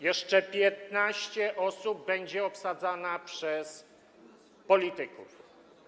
Jeszcze 15 osób będzie obsadzanych przez polityków.